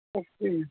अच्छा